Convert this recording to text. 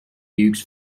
dukes